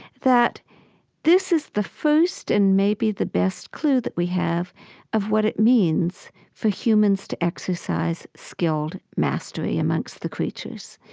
that this is the first and maybe the best clue that we have of what it means for humans to exercise skilled mastery amongst the creatures.